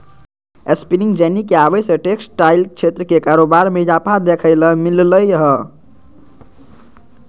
spinning jenny के आवे से टेक्सटाइल क्षेत्र के कारोबार मे इजाफा देखे ल मिल लय हें